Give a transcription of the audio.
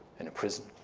in a prison,